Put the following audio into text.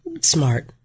Smart